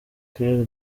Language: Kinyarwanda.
claire